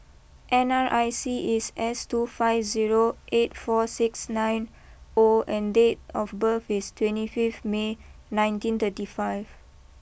N R I C is S two five zero eight four six nine O and date of birth is twenty five May nineteen thirty five